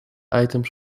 items